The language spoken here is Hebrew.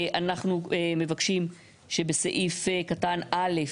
אנחנו מבקשים שבסעיף קטן (א),